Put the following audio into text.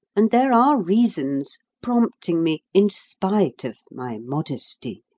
and there are reasons prompting me, in spite of my modesty,